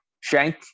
Shank